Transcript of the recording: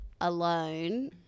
alone